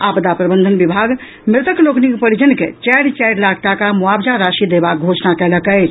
आपदा प्रबंधन विभाग मृतक लोकनिक परिजन के चारि चारि लाख टाका मोआबजा शशि देबाक घोषणा कयलक अछि